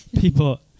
People